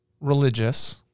religious